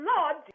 Lord